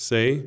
Say